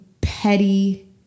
petty